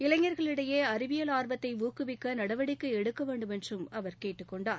இளைஞா்களிடையே அறிவியல் ஆர்வத்தை ஊக்குவிக்க நடவடிக்கை எடுக்க வேண்டுமென்றும் அவர் கேட்டுக் கொண்டார்